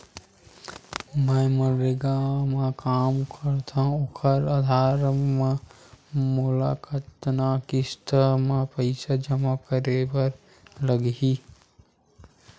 मैं मनरेगा म काम करथव, ओखर आधार म मोला कतना किस्त म पईसा जमा करे बर लगही?